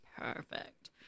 perfect